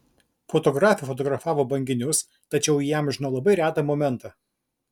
fotografė fotografavo banginius tačiau įamžino labai retą momentą